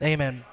Amen